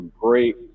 great